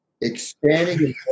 expanding